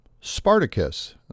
Spartacus